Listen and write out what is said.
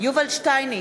יובל שטייניץ,